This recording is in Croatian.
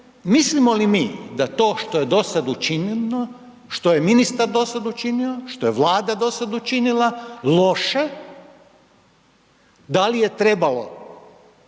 mislimo li mi da to što je dosad učinjeno, što je ministar dosad učinio, što je Vlada dosad učinila, loše, da li je trebalo